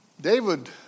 David